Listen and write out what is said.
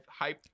hyped